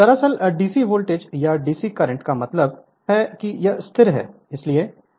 दरअसल DC voltage या DC current का मतलब है कि यह स्थिर है